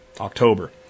October